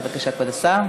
בבקשה, כבוד השר.